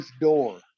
door